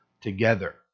together